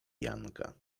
janka